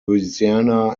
louisiana